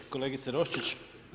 Kolegice Roščić.